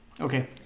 Okay